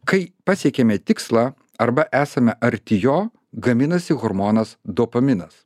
kai pasiekiame tikslą arba esame arti jo gaminasi hormonas dopaminas